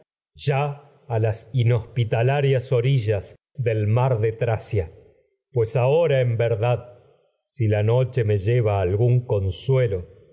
ya vaya las inhospitalarias orillas del verdad si el de tracia algún oh pues ahora en la lo noche me lleva a consuelo